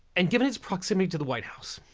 and given its proximity to the white house,